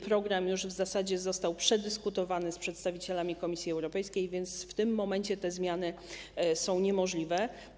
Program już w zasadzie został przedyskutowany z przedstawicielami Komisji Europejskiej, więc w tym momencie te zmiany są niemożliwe.